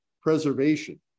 preservation